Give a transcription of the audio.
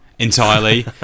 entirely